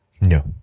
No